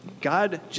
God